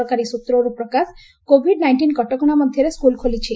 ସରକାରୀ ସୂତ୍ରରୁ ପ୍ରକାଶ କୋଭିଡ୍ ନାଇଷ୍ଟିନ କଟକଣା ମଧ୍ୟରେ ସ୍କୁଲ୍ ଖୋଲିଛି